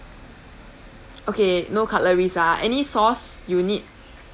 okay no cutleries ah any sauce you need